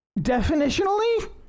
Definitionally